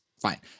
fine